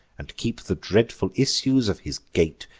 and keep the dreadful issues of his gate,